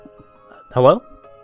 Hello